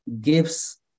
gives